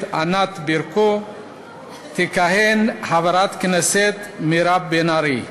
ענת ברקו תכהן חברת הכנסת מירב בן ארי.